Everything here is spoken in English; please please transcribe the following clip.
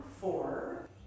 four